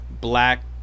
black